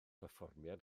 perfformiad